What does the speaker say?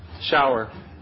Shower